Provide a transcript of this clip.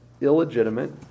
illegitimate